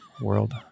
world